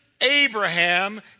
Abraham